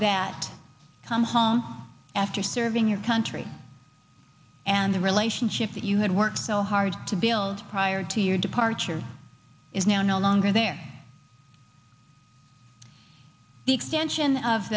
that come home after serving your country and the relationship that you had worked so hard to build prior to your departure is now no longer there the extension of